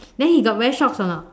then he got wear shorts or not